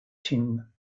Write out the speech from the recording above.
tim